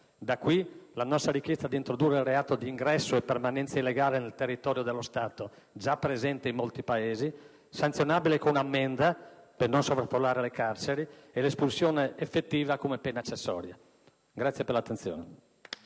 Da qui la nostra richiesta d'introdurre il reato di «ingresso e permanenza illegale nel territorio dello Stato» - già presente in molti Paesi - sanzionabile con un'ammenda (per non sovraffollare le carceri) e l'espulsione effettiva come pena accessoria. *(Applausi